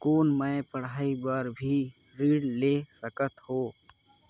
कौन मै पढ़ाई बर भी ऋण ले सकत हो?